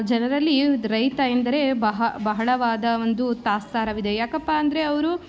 ಜನರಲ್ಲಿ ರೈತ ಎಂದರೆ ಬಹ ಬಹಳವಾದ ಒಂದು ತಾತ್ಸಾರವಿದೆ ಯಾಕಪ್ಪ ಅಂದರೆ ಅವರು